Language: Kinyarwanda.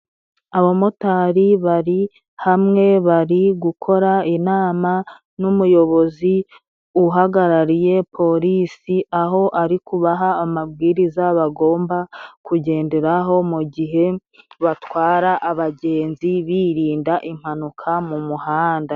Abamotari bari hamwe, bari gukora inama n'umuyobozi uhagarariye polisi, aho ari kubaha amabwiriza bagomba kugenderaho mu gihe batwara abagenzi, birinda impanuka mu muhanda.